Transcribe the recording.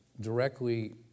directly